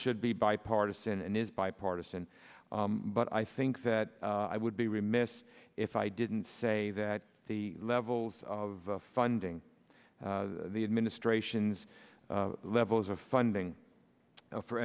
should be bipartisan and is bipartisan but i think that i would be remiss if i didn't say that the levels of funding the administration's levels of funding for